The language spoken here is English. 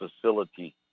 facility